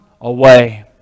away